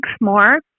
more